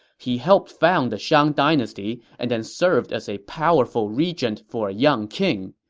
he helped found the shang dynasty and then served as a powerful regent for a young king.